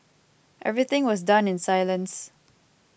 everything was done in silence